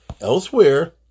Elsewhere